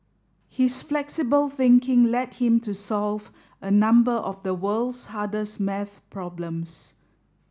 his flexible thinking led him to solve a number of the world's hardest maths problems